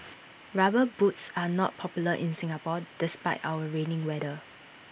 rubber boots are not popular in Singapore despite our rainy weather